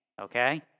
Okay